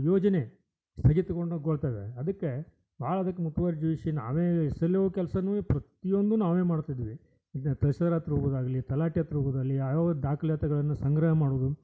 ಯೋಜನೆ ಸ್ಥಗಿತಗೊಂಡಗೊಳ್ತವೆ ಅದಕ್ಕೆ ಭಾಳ ಅದಕ್ಕೆ ಮುತುವರ್ಜಿವಹಿಸಿ ನಾವೇ ಎಸ್ ಎಲ್ ಓ ಕೆಲ್ಸನೂ ಪ್ರತಿಯೊಂದು ನಾವೇ ಮಾಡ್ತಿದ್ವಿ ಈಗ ಪ್ರೆಸ್ಸರ್ ಹತ್ರ ಹೋಗೋದಾಗ್ಲಿ ತಲಾಟೆ ಹತ್ರ ಹೋಗೋದಾಗ್ಲಿ ಯಾವ್ಯಾವ ದಾಖಲಾತಿಗಳನ್ನ ಸಂಗ್ರಹ ಮಾಡೋದು